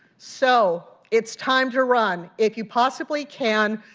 so it's time to run. if you possibly can,